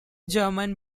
german